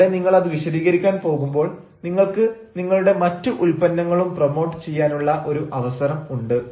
ഇവിടെ നിങ്ങൾ അത് വിശദീകരിക്കാൻ പോകുമ്പോൾ നിങ്ങൾക്ക് നിങ്ങളുടെ മറ്റ് ഉൽപ്പന്നങ്ങളും പ്രമോട്ട് ചെയ്യാനുള്ള ഒരു അവസരം ഉണ്ട്